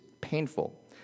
painful